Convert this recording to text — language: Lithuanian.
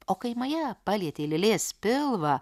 o kai maja palietė lėlės pilvą